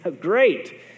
Great